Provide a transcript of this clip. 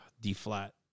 D-flat